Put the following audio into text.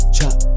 Chop